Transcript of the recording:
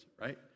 right